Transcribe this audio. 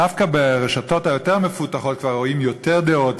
דווקא ברשתות היותר מפותחות רואים יותר דעות.